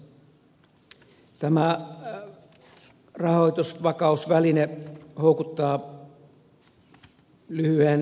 tämä rahoitusvakausväline houkuttaa lyhyeen taloushistorialliseen katsaukseen